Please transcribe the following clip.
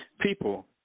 people